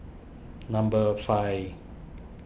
number five